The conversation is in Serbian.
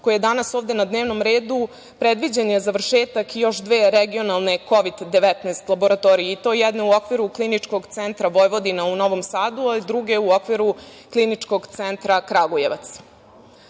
koji je danas ovde na dnevnom redu predviđen je završetak još dve regionalne Kovid 19 laboratorije, i to jedna u okviru Kliničkog centra Vojvodina u Novom Sadu, a druga u okviru Kliničkog centra Kragujevac. Ovim